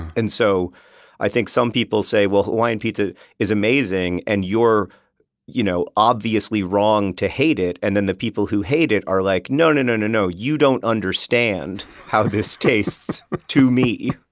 and so i think some people say, well, hawaiian pizza is amazing and you're you know obviously wrong to hate it. and then the people who hate it are like, no, no, no, no, no. you don't understand how this tastes to me.